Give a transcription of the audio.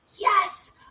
yes